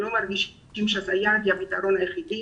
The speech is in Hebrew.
אנחנו לא מרגישים שהסייעת היא הפתרון היחידי,